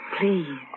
Please